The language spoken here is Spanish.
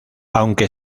aunque